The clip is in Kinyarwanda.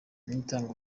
niyitanga